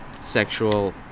sexual